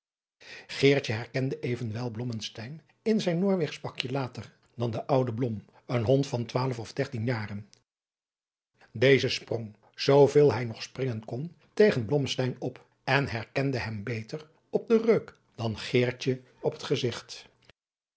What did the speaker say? evenwel blommesteyn in zijn noorweegsch pakje later dan de adriaan loosjes pzn het leven van johannes wouter blommesteyn oude blom een hond van twaalf of dertien jaren deze sprong zooveel hij nog springen kon tegen blommesteyn op en herkende hem beter op den reuk dan geertje op het gezigt